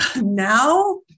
now